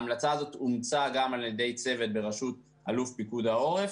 המלצה הזאת אומצה גם על ידי צוות בראשות אלוף פיקוד העורף.